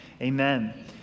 amen